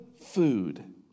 food